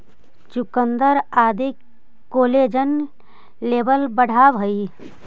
चुकुन्दर आदि collagen level बढ़ावऽ हई